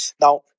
Now